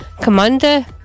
Commander